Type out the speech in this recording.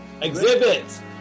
exhibit